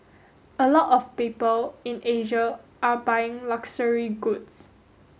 a lot of people in Asia are buying luxury goods